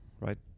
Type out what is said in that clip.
right